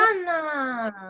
Anna